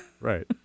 Right